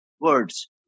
words